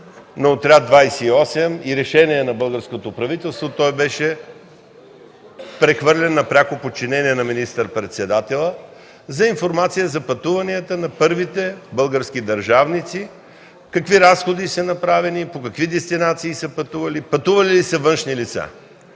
на „Авиоотряд 28” и решение на българското правителство той беше прехвърлен на пряко подчинение на министър-председателя, за информация за пътуванията на първите български държавници – какви разходи са направени, по какви дестинации са пътували, пътували ли са външни лица.